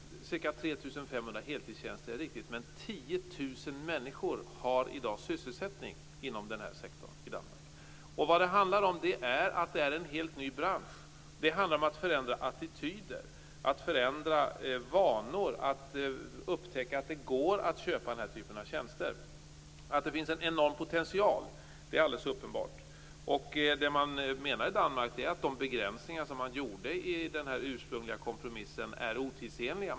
Det är riktigt att det rör sig om ca 3 500 heltidstjänster, men det är 10 000 människor som i dag har sysselsättning inom denna sektor i Danmark. Det är en helt ny bransch. Det handlar om att förändra attityder och vanor. Det handlar om att upptäcka att det går att köpa denna typ av tjänster. Det är alldeles uppenbart att det finns en enorm potential. Man menar i Danmark att de begränsningar man gjorde i den ursprungliga kompromissen är otidsenliga.